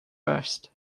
first